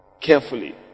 Carefully